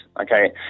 okay